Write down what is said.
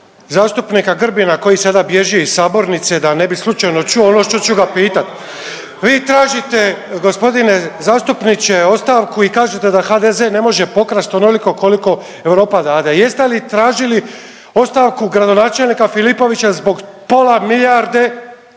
zastupnika Grbina koji sada bježi iz sabornice da ne bi slučajno čuo ono što ću ga pitat. Vi tražite g. zastupniče ostavku i kažete da HDZ ne može pokrast onoliko koliko Europa dade. Jeste li tražili ostavku gradonačelnika Filipovića zbog pola milijarde